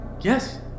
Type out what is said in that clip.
Yes